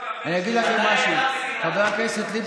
איך אתה עכשיו פגעת בקמפיין של,